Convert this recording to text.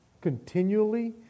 continually